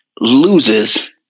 loses